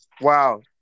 Wow